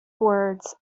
words